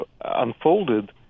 unfolded